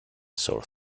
sore